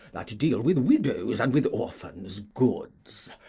that deal with widows' and with orphans' goods,